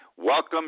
Welcome